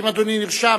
האם אדוני נרשם?